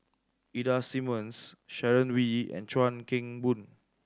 Ida Simmons Sharon Wee and Chuan Keng Boon